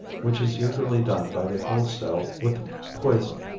which is usually done by the wholesale with poison.